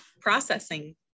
Processing